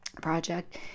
project